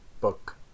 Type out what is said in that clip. book